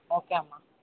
okay అమ్మా